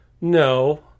no